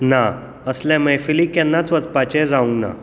ना असल्या मैफिलीक केन्नाच वचपाचें जावूंक ना